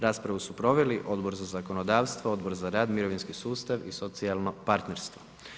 Raspravu su proveli Odbor za zakonodavstvo, Odbor za rad, mirovinski sustav i socijalno partnerstvo.